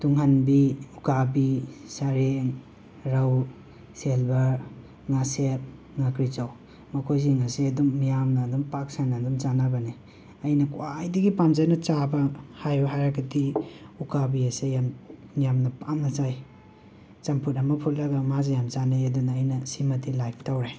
ꯇꯨꯡꯍꯟꯕꯤ ꯎꯀꯥꯕꯤ ꯁꯔꯦꯡ ꯔꯧ ꯁꯦꯜꯕꯔ ꯉꯥꯁꯦꯞ ꯉꯥꯀ꯭ꯔꯤꯖꯧ ꯃꯈꯣꯏꯁꯤꯡ ꯑꯁꯦ ꯑꯗꯨꯝ ꯃꯤꯌꯥꯝꯅ ꯑꯗꯨꯝ ꯄꯥꯛꯁꯟꯅ ꯑꯗꯨꯝ ꯆꯥꯅꯕꯅꯦ ꯑꯩꯅ ꯈ꯭ꯋꯥꯏꯗꯒꯤ ꯄꯥꯝꯖꯅ ꯆꯥꯕ ꯍꯥꯏꯑꯣ ꯍꯥꯏꯔꯒꯗꯤ ꯎꯀꯥꯕꯤ ꯑꯁꯦ ꯌꯥꯝ ꯌꯥꯝꯅ ꯄꯥꯝꯅ ꯆꯥꯏ ꯆꯝꯐꯨꯠ ꯑꯃ ꯐꯨꯠꯂꯒ ꯃꯥꯁꯦ ꯌꯥꯝꯅ ꯆꯥꯅꯩ ꯑꯗꯨꯅ ꯑꯩꯅ ꯁꯤꯃꯗꯤ ꯂꯥꯏꯞ ꯇꯧꯔꯦ